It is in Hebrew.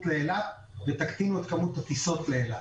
לאילת ותקטינו את כמות הטיסות לאילת.